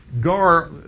Gar